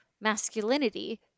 masculinity